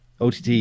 OTT